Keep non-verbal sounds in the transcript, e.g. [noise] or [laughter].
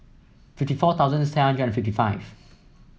fifty four thousand [unintelligible] hundred and fifty five